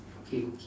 okay